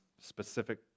specific